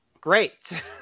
Great